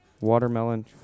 watermelon